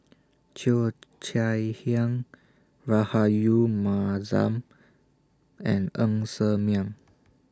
Cheo Chai Hiang Rahayu Mahzam and Ng Ser Miang